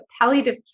palliative